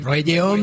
Radio